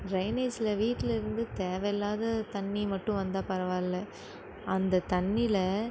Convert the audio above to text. டிரைனேஜில் வீட்டில் இருந்து தேவை இல்லாத தண்ணி மட்டும் வந்தால் பரவாயில்ல அந்த தண்ணியில்